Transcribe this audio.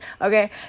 Okay